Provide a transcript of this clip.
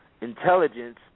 intelligence